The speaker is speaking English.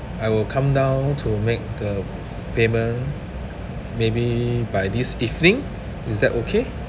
I will come down to make the payment maybe by this evening is that okay